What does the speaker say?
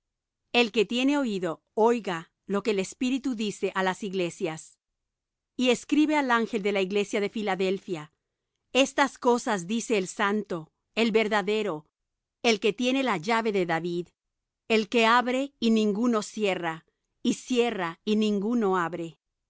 el que tiene oído oiga lo que el espíritu dice á las iglesias y escribe al ángel de la iglesia en filadelfia estas cosas dice el santo el verdadero el que tiene la llave de david el que abre y ninguno cierra y cierra y ninguno abre